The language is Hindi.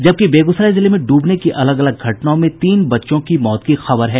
जबकि बेगूसराय जिले में डूबने की अलग अलग घटनाओं में तीन बच्चों की मौत की खबर है